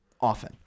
Often